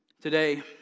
Today